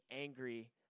angry